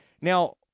now